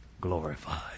glorified